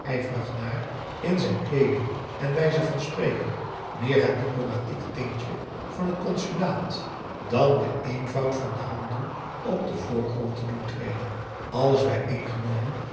ijverig naar in zijn kleeding en wijze van spreken meer het diplomatiek tintje van het consulaat dan den eenvoud van den handel op den voorgrond te doen treden alles